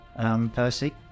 Percy